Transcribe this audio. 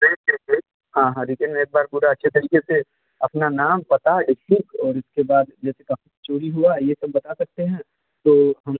हाँ हाँ रिटेन में एक बार पूरा अच्छे तरीके से अपना नाम पता डिस्ट्रिक्ट और उसके बाद जैसे कहाँ पर चोरी हुआ ये सब बता सकते हैं तो हम